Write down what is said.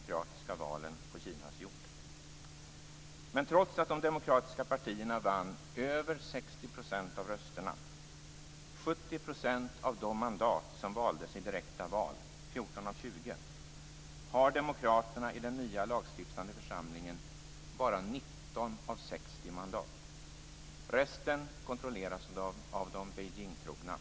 Allmänna val är viktiga. Det visade 60 % av rösterna och 70 % av de mandat som valdes i direkta val - 14 av 20 - har demokraterna i den nya lagstiftande församlingen bara 19 av 60 mandat. Resten kontrolleras i dag av de Beijingtrogna.